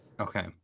okay